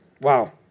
Wow